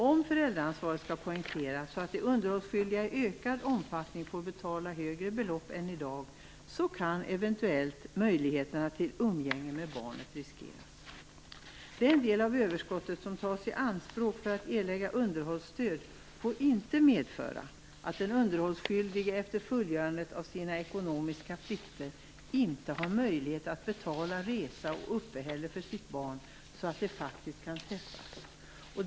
Om föräldraansvaret skall poängteras så att de underhållsskyldiga i ökad omfattning får betala högre belopp än i dag kan eventuellt möjligheterna till umgänge med barnet riskeras. Den del av överskottet som tas i anspråk för att erlägga underhållsstöd får inte medföra att den underhållsskyldige efter fullgörandet av sina ekonomiska plikter inte har möjlighet att betala resa och uppehälle för sitt barn så att de faktiskt kan träffas.